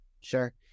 Sure